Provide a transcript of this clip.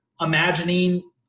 imagining